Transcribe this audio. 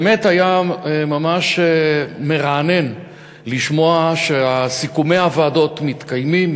באמת היה ממש מרענן לשמוע שסיכומי הוועדות מתקיימים,